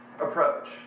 approach